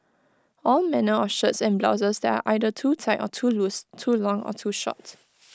all manner of shirts and blouses that are either too tight or too loose too long or too short